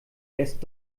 erst